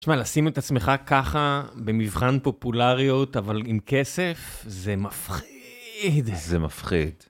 תשמע, לשים את עצמך ככה, במבחן פופולריות, אבל עם כסף, זה מפחיד. זה מפחיד.